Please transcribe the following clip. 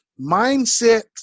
Mindset